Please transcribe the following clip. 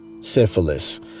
Syphilis